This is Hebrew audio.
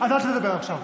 אז אל תדבר עכשיו.